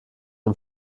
dem